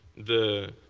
the